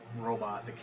robot